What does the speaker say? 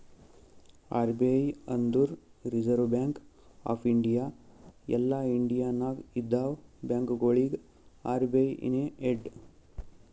RBI ಅಂದುರ್ reserve bank of India ಎಲ್ಲಾ India ನಾಗ್ ಇದ್ದಿವ ಬ್ಯಾಂಕ್ಗೊಳಿಗ ಅರ್.ಬಿ.ಐ ನೇ ಹೆಡ್